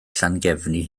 llangefni